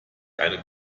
eine